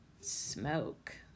smoke